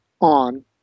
on